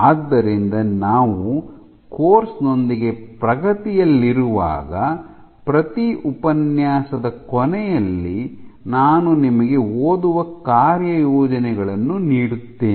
ಆದ್ದರಿಂದ ನಾವು ಕೋರ್ಸ್ ನೊಂದಿಗೆ ಪ್ರಗತಿಯಲ್ಲಿರುವಾಗ ಪ್ರತಿ ಉಪನ್ಯಾಸದ ಕೊನೆಯಲ್ಲಿ ನಾನು ನಿಮಗೆ ಓದುವ ಕಾರ್ಯಯೋಜನೆಗಳನ್ನು ನೀಡುತ್ತೇನೆ